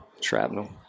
shrapnel